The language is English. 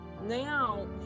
Now